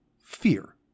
fear